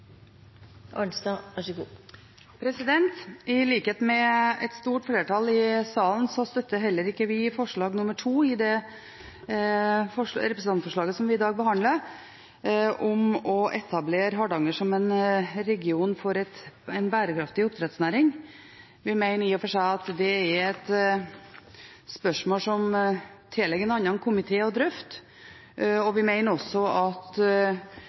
I likhet med et stort flertall i salen støtter heller ikke vi forslag nr. 2 i representantforslaget vi i dag behandler, om å etablere Hardanger som en region for en bærekraftig oppdrettsnæring. Vi mener i og for seg at det er et spørsmål som tilligger en annen komité å drøfte. Vi mener også at